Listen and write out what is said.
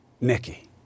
Nikki